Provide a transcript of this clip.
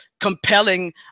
compelling